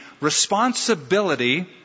responsibility